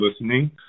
listening